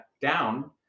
down